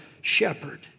shepherd